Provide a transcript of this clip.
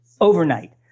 overnight